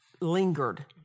lingered